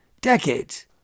Decades